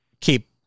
keep